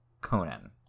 Conan